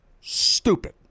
stupid